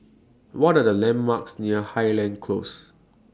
What Are The landmarks near Highland Close